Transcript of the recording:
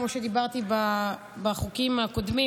כמו שדיברתי בחוקים הקודמים,